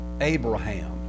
Abraham